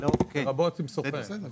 לרבות סוכן.